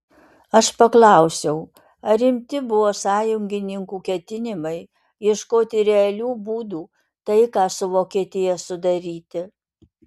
aš paklausiau ar rimti buvo sąjungininkų ketinimai ieškoti realių būdų taiką su vokietija sudaryti